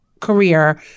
career